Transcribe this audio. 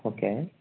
okay